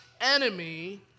enemy